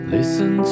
Listen